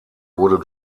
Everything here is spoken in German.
wurde